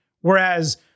Whereas